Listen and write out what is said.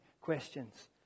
questions